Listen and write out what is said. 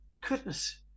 Goodness